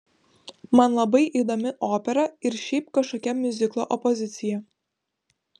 man labai įdomi opera ir šiaip kažkokia miuziklo opozicija